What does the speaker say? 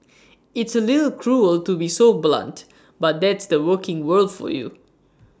it's A little cruel to be so blunt but that's the working world for you